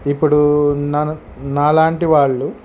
ఇప్పుడు నను నాలాంటి వాళ్ళు